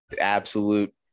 absolute